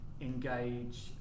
engage